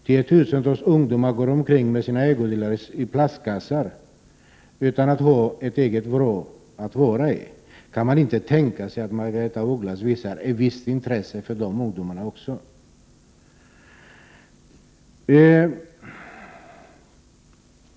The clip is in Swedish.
Tiotusentals ungdomar går omkring med sina ägodelar i plastkassar, utan att ha en egen vrå att vara i. Kan man inte tänka sig att Margaretha af Ugglas visar ett intresse för de ungdomarna också?